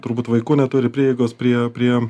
turbūt vaikų neturi prieigos prie prie